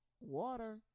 water